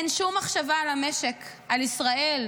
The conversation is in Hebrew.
אין שום מחשבה על המשק, על ישראל,